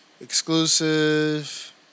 exclusive